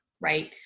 Right